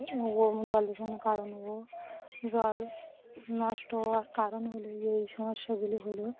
জল দূষনেরোর কারণ হো জল নষ্ট হওয়ার কারণ হলো এই সমস্যাগুলি হলো